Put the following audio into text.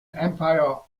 empire